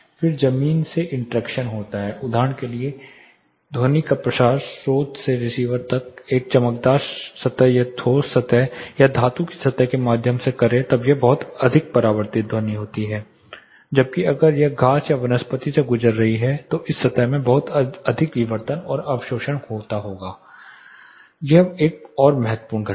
फिर जमीन से इंटरेक्शन होती है उदाहरण के लिए ध्वनि का प्रसार स्रोत से रिसीवर तक एक चमकदार सतह या ठोस सतह या धातु की सतह के माध्यम से करें तब बहुत अधिक परावर्तित ध्वनि होती है जबकि अगर यह घास या वनस्पति से गुजर रही है तो इस सतह में बहुत अधिक विवर्तन और अवशोषण हो रहा होगा यह एक और महत्वपूर्ण घटना है